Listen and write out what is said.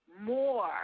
more